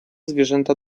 zwierzęta